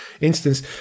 instance